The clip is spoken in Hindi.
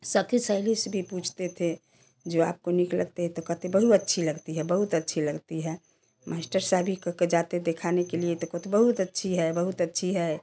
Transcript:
सखी सहेली से भी पूछते थे जो आपको नीक लगते थे तो कहते बहुत अच्छी लगती है बहुत अच्छी लगती है मास्टर साहब को भी जाते दिखाने के लिए तो कहते बहुत अच्छी है बहुत अच्छी है